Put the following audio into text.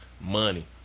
Money